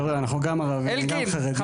חבר'ה, אנחנו גם ערבים, גם חרדים, אנחנו כולם.